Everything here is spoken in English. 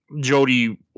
Jody